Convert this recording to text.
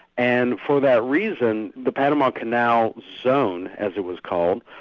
and for that reason, the panama canal zone, as it was called,